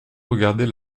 regarder